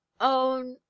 own